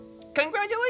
Congratulations